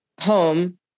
home